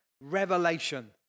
revelation